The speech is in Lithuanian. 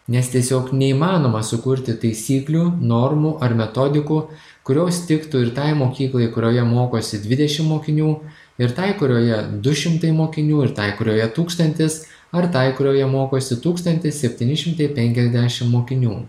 nes tiesiog neįmanoma sukurti taisyklių normų ar metodikų kurios tiktų ir tai mokyklai kurioje mokosi dvidešim mokinių ir tai kurioje du šimtai mokinių ir tai kurioje tūkstantis ar tai kurioje mokosi tūkstantis septyni šimtai penkiasdešim mokinių